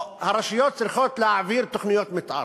או הרשויות צריכות, להעביר תוכניות מתאר.